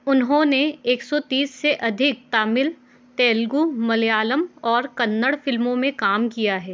उन्होंने एक सौ तीस से अधिक तमिल तेलुगु मलयालम और कन्नड़ फिल्मों में काम किया है